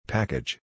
Package